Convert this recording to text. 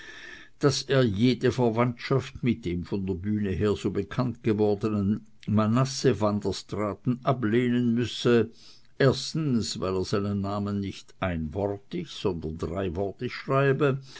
daß er jede verwandtschaft mit dem von der bühne her so bekannt gewordenen manasse vanderstraaten ablehnen müsse erstens weil er seinen namen nicht einwortig sondern dreiwortig schreibe